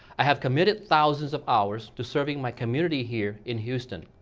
i have committed thousands of hours to serving my community here in houston.